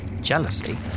Jealousy